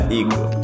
ego